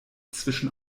zwischen